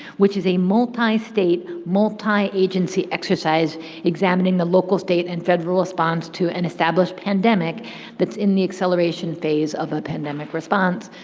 which is a multi-state, multi-agency exercise examining the local state and federal response to an established pandemic that's in the acceleration phase of a pandemic response.